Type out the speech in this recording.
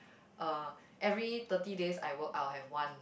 uh every thirty days I work I will have one